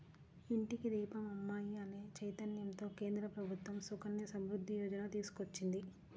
ఇంటికి దీపం అమ్మాయి అనే చైతన్యంతో కేంద్ర ప్రభుత్వం సుకన్య సమృద్ధి యోజన తీసుకొచ్చింది